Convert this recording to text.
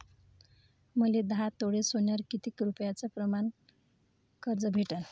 मले दहा तोळे सोन्यावर कितीक रुपया प्रमाण कर्ज भेटन?